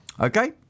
Okay